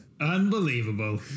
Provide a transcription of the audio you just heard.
Unbelievable